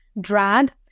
Drag